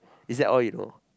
is that all you know